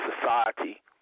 society